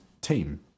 team